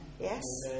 yes